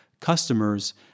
customers